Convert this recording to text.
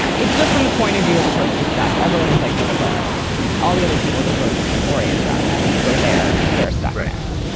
it's just from the point of view of the person who stuck. everyone is like sort of ah all the other people to sort of orient around them for their their stubbornness.